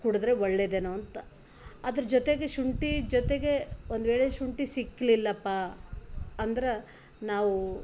ಕುಡಿದ್ರೆ ಒಳ್ಳೆದೇನೋ ಅಂತ ಅದ್ರ ಜೊತೆಗೆ ಶುಂಠಿ ಜೊತೆಗೆ ಒಂದು ವೇಳೆ ಶುಂಠಿ ಸಿಕ್ಲಿಲ್ಲಪ್ಪ ಅಂದ್ರೆ ನಾವು